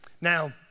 Now